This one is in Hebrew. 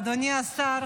אדוני השר,